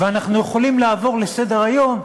ואנחנו יכולים לעבור לסדר-היום,